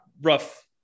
Rough